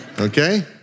okay